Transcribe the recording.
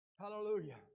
Hallelujah